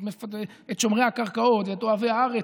את שומרי הקרקעות ואת אוהבי הארץ.